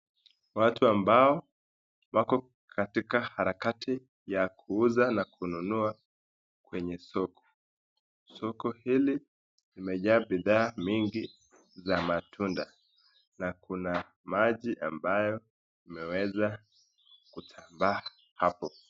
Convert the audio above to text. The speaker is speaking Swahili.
Watu ambao wako katika harakati ya kuuza na kununua kwenye soko. Soko hili limejaa bidhaa mingi za matunda na kuna maji ambayo imeweza kutambaa hapo.